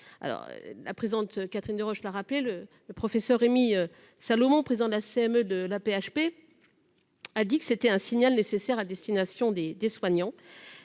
La présidente Catherine Deroche l'a rappelé : le professeur Rémi Salomon, président de la CME de l'AP-HP, parle de ce texte comme d'un signal nécessaire à destination des soignants.